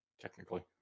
Technically